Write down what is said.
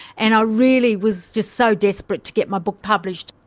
and i really was just so desperate to get my book published.